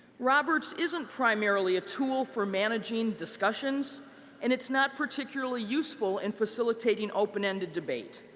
roberts isn't primarily a tool for managing discussions and it's not particularly useful in facilitating open-ended debate.